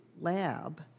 lab